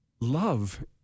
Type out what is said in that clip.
love